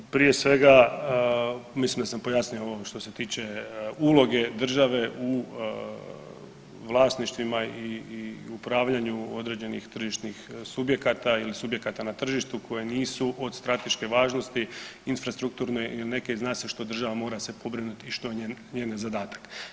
Prije svega mislim da sam pojasnio ovog što se tiče uloge države u vlasništvima i upravljanju određenih tržišnih subjekata ili subjekata na tržištu koji nisu od strateške važnosti, infrastrukturne ili neke, zna što država mora se pobrinuti i što njen, njen je zadatak.